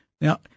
Now